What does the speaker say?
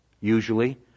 Usually